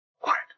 Quiet